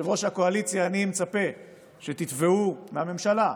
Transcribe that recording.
יושב-ראש הקואליציה, אני מצפה שתתבעו מהממשלה,